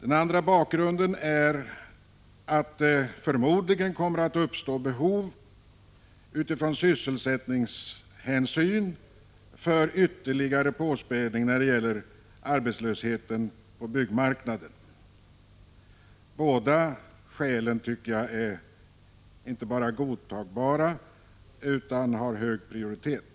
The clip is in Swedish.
Ett annat skäl är att det med hänsyn till sysselsättningen på byggmarknaden förmodligen kommer att uppstå behov av ytterligare påspädning. Båda skälen är, enligt min mening, inte bara godtagbara. De har också hög prioritet.